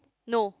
no